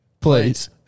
Please